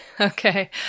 Okay